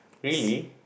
really